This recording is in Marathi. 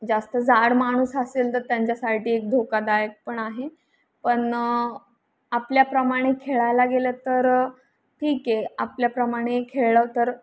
जास्त जाड माणूस असेल तर त्यांच्यासाठी एक धोकादायक पण आहे पण आपल्याप्रमाणे खेळायला गेलं तर ठीक आहे आपल्याप्रमाणे खेळलं तर